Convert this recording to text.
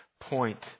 Point